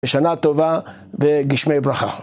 שנה טובה וגשמי ברכה.